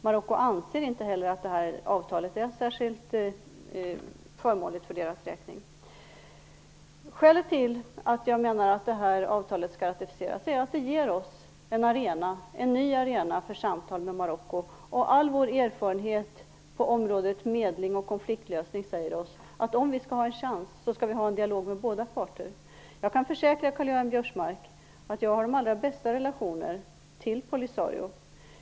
Marocko anser inte heller att avtalet är särskilt förmånligt för deras räkning. Skälet till att jag menar att avtalet skall ratificeras är att det ger oss en ny arena för samtal med Marocko. All vår erfarenhet på området medling och konfliktlösning säger oss att om vi skall ha en chans skall vi ha en dialog med båda parter. Jag kan försäkra Karl-Göran Biörsmark att jag har de allra bästa relationer till Polisario.